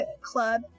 club